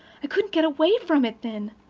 couldn't get away from it then.